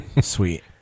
sweet